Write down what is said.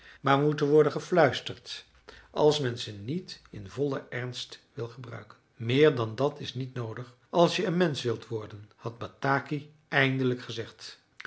maar moeten worden gefluisterd als men ze niet in vollen ernst wil gebruiken meer dan dat is niet noodig als je een mensch wilt worden had bataki eindelijk gezegd